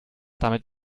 damit